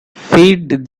feed